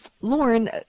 Lauren